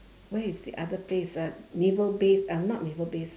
where is the other place ah navel base uh not naval base